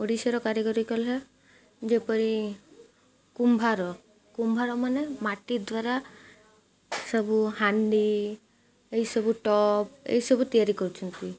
ଓଡ଼ିଶାର କାରିଗରୀ କଳା ଯେପରି କୁମ୍ଭାର କୁମ୍ଭାର ମାନେ ମାଟି ଦ୍ୱାରା ସବୁ ହାଣ୍ଡି ଏସବୁ ଟପ୍ ଏଇସବୁ ତିଆରି କରୁଛନ୍ତି